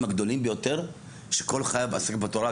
הגדולים ביותר שכל חייו עסק בתורה.